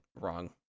wrong